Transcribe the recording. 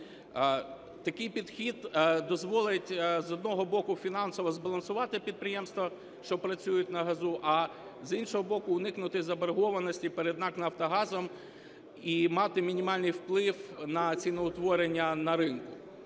Такий підхід дозволить, з одного боку, фінансово збалансувати підприємства, що працюють на газу, а, з іншого боку, уникнути заборгованості перед НАК "Нафтогазом" і мати мінімальний вплив на ціноутворення на ринку.